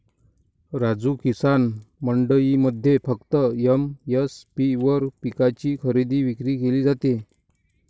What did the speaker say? राजू, किसान मंडईमध्ये फक्त एम.एस.पी वर पिकांची खरेदी विक्री केली जाते